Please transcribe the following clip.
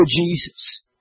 Jesus